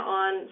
on